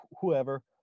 whoever